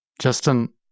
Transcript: Justin